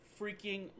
freaking